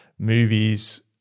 movies